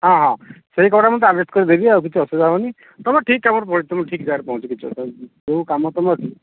ହଁ ହଁ ସେଇ କପଡ଼ା ମୁଁ ତ ଆଡ଼ଜଷ୍ଟ କରିଦେବି ଆଉ କିଛି ଅସୁବିଧା ହେବନି ତୁମ ଠିକ୍ କାମର ତୁମ ଠିକ୍ ଜାଗାରେ ପହଞ୍ଚିବ କିଛି ଅସୁବିଧା ହେବନି ଯେଉଁ କାମ ତୁମ ଅଛି